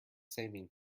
saving